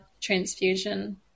transfusion